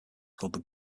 called